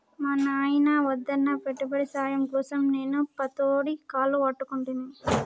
మా నాయిన వద్దన్నా పెట్టుబడి సాయం కోసం నేను పతోడి కాళ్లు పట్టుకుంటిని